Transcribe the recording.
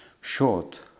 short